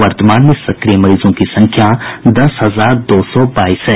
वर्तमान में सक्रिय मरीजों की संख्या दस हजार दो सौ बाईस है